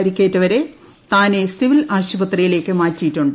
പരിക്കേറ്റവരെ താനെ സിവിൽ ആശുപത്രിയിലേക്ക് മാറ്റിയിട്ടുണ്ട്